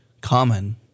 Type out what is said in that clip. common